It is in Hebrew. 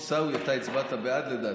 עיסאווי, אתה הצבעת בעד, לדעתי.